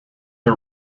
the